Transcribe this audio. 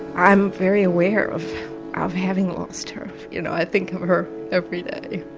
i'm very aware of of having lost her. you know i think of her every day.